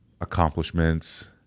accomplishments